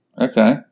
Okay